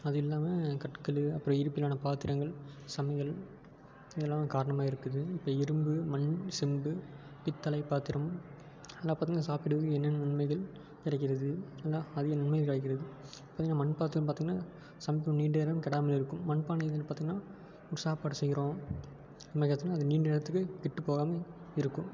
அது இல்லாமல் கட்டு கழிவு அப்புறோம் இரும்பிலான பாத்திரங்கள் சமையல் இதெலாம் காரணமாக இருக்குது இப்போ இரும்பு மண் செம்பு பித்தளை பாத்திரம் அதெலாம் பார்த்திங்கனா சாப்பிடுவது என்னென்ன நன்மைகள் கிடைக்கிறது என்ன அதிக நன்மைகள் கிடைக்கிறது இப்போ நீங்கள் மண் பாத்திரம் பார்த்தீங்கனா சன் நீண்ட நேரம் கெடாமல் இருக்கும் மண் பானைகள் பார்த்தீங்கனா சாப்பாடு செய்கிறோம் என்னைக்காச்சும்னால் அது நீண்ட நேரத்துக்கு கெட்டு போகாமல் இருக்கும்